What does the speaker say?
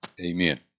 Amen